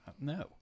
no